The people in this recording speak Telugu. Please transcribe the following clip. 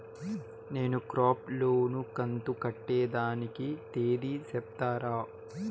నేను క్రాప్ లోను కంతు కట్టేదానికి తేది సెప్తారా?